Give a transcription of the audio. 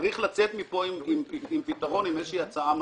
צריך לצאת מכאן עם פתרון, עם איזושהי הצעה מעשית,